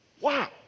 Wow